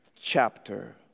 chapter